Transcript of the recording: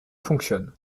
fonctionne